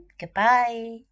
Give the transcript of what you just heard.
goodbye